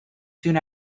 soon